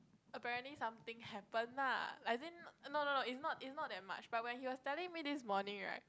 apparently something happen lah I didn't no no no it's not it's not that much but when he was telling this morning right